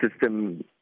system